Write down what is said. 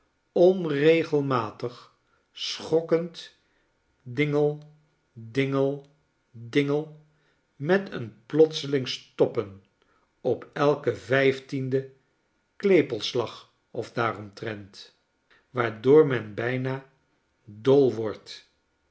onregelmatig schokkend dingle dingle dingle met een plotseling stoppen op elken vijftienden klepelslagof daaromtrent waardoor men bijna dol wordt